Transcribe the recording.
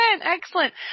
excellent